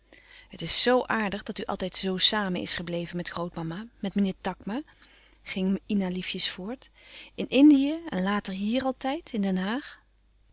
het is zoo aardig dat u àltijd zoo samen is gebleven met grootmama met meneer takma ging ina liefjes voort in indië en later hier altijd in den haag